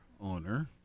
owner